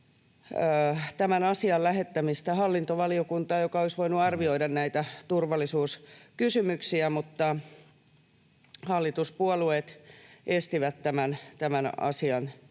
asian lähettämistä hallintovaliokuntaan, joka olisi voinut arvioida näitä turvallisuuskysymyksiä, mutta hallituspuolueet estivät tämän asian teon.